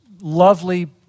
lovely